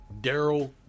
Daryl